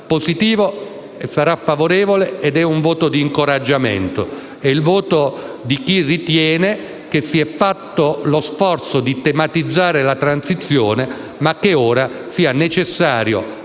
voto sarà favorevole ed è un voto di incoraggiamento; è il voto di chi ritiene che si sia fatto lo sforzo di tematizzare la transizione ma che ora sia necessario